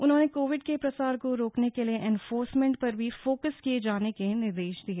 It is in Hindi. उन्होंने कोविड के प्रसार को रोकने के लिए इनफोर्समेंट पर भी फोकस किए जाने के निर्देश दिए